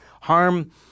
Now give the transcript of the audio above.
harm